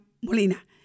Molina